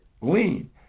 lean